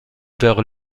vers